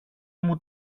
μου